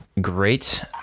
great